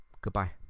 goodbye